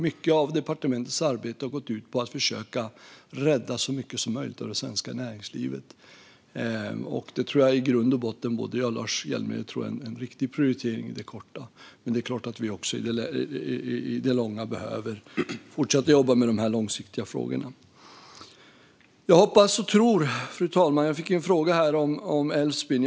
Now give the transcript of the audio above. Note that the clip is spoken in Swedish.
Mycket av departementets arbete har gått ut på att försöka rädda så mycket som möjligt av det svenska näringslivet. Jag tror att både jag och Lars Hjälmered tycker att det har varit en riktig prioritering i det korta perspektivet. I det långa perspektivet måste vi naturligtvis fortsätta att långsiktigt jobba med dessa frågor. Fru talman! Jag fick en fråga om Älvsbyn.